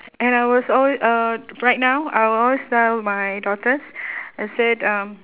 and I was alwa~ uh right now I will always tell my daughters and said um